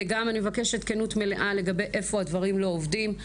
וגם אני מבקשת כנות מלאה לגבי איפה הדברים לא עובדים.